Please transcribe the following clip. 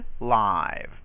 live